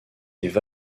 des